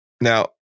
now